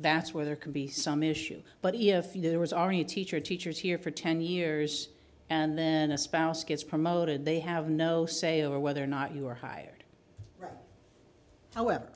that's where there can be some issue but if you knew there was already a teacher teachers here for ten years and then a spouse gets promoted they have no say over whether or not you are hired however